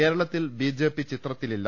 കേരളത്തിൽ ബിജെപി ചിത്രത്തിലില്ല